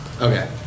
Okay